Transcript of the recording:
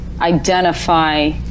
identify